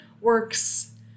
works